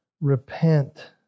repent